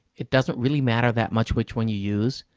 it doesn't really matter that much which one you use,